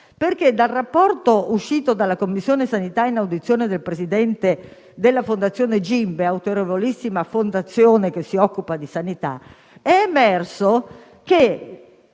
No. Dal rapporto uscito dalla Commissione sanità, nel corso dell'audizione del presidente della fondazione Gimbe - autorevolissima fondazione che si occupa di sanità - è emerso che